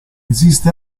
esiste